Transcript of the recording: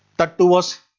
that too was,